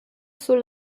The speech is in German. zur